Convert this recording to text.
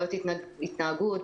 בעיות התנהגות,